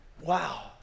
Wow